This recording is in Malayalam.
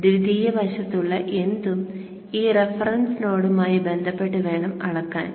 ദ്വിതീയ വശത്തുള്ള എന്തും ഈ റഫറൻസ് നോഡുമായി ബന്ധപ്പെട്ട് വേണം അളക്കാൻ